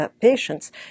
patients